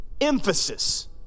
emphasis